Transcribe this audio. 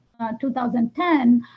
2010